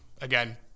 Again